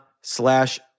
slash